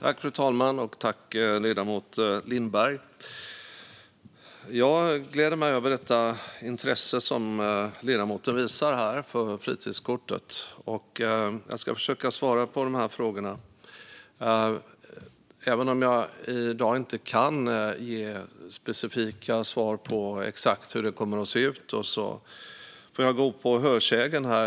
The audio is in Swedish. Fru talman! Tack, ledamot Lindberg! Jag gläder mig över det intresse som ledamoten visar för fritidskortet och ska försöka att svara på frågorna, även om jag i dag inte kan ge specifika svar på exakt hur det kommer att se ut utan får gå på hörsägen.